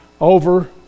over